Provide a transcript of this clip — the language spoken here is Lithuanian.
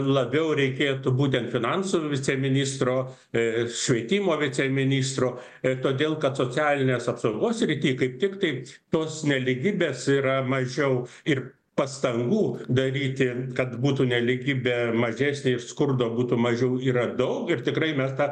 labiau reikėtų būtent finansų viceministro ir švietimo viceministro ir todėl kad socialinės apsaugos srity kaip tik tai tos nelygybės yra mažiau ir pastangų daryti kad būtų nelygybė mažesnė iš skurdo būtų mažiau yra daug ir tikrai mes tą